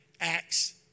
ACTS